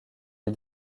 les